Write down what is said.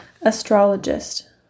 astrologist